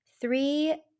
three